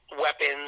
weapons